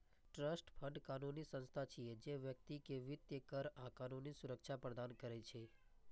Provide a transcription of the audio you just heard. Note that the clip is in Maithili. ट्रस्ट फंड कानूनी संस्था छियै, जे व्यक्ति कें वित्तीय, कर आ कानूनी सुरक्षा प्रदान करै छै